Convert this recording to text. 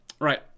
Right